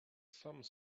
some